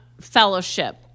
fellowship